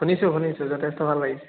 শুনিছোঁ শুনিছোঁ যথেষ্ট ভাল লাগিছে